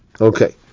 Okay